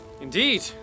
Indeed